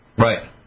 Right